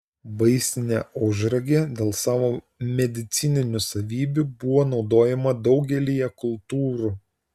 vaistinė ožragė dėl savo medicininių savybių buvo naudojama daugelyje kultūrų